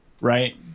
Right